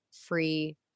free